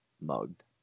mugged